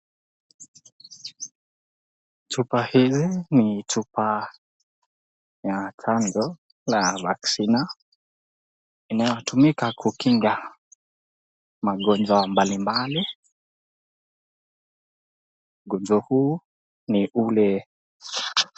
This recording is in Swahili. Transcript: Chupa hizi ni chupa ya chanjo aina ya vaccine , inayotumika kukinga magonjwa mbalimbali, ugonjwa huu ni ule.